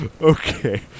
Okay